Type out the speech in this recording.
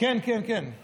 כן, כן, כן.